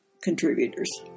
contributors